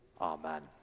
Amen